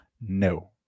No